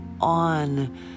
on